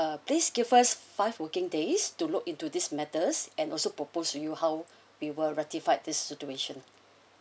uh please give us five working days to look into this matters and also proposed to you how we will rectify this situation